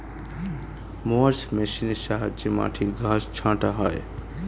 mowers মেশিনের সাহায্যে মাটির ঘাস ছাঁটা হয়